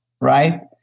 right